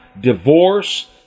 Divorce